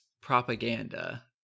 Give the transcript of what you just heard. propaganda